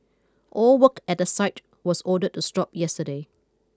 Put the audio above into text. all work at the site was ordered to stop yesterday